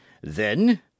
Then